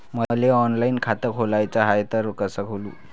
मले ऑनलाईन खातं खोलाचं हाय तर कस खोलू?